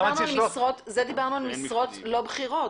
דיברנו על משרות לא בכירות,